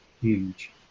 huge